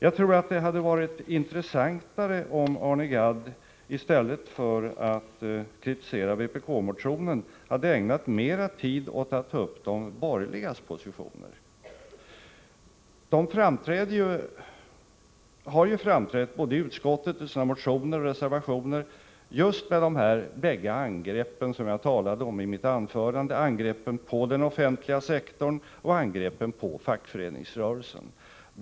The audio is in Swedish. Jag tror att det hade varit intressantare om Arne Gadd i stället för att kritisera vpk-motionen hade ägnat mera tid åt att ta upp de borgerligas positioner. De har ju framträtt i utskottet, i sina motioner och sina reservationer med just de båda attacker som jag talade om i mitt huvudanförande, angreppet på den offentliga sektorn och angreppet på fackföreningsrörelsen.